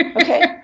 Okay